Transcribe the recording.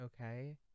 okay